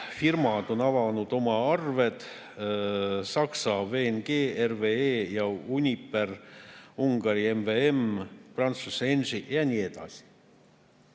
firmad on avanud oma arved: Saksa VNG, VR Bank ja Uniper, Ungari MVM, Prantsuse Engie ja nii edasi.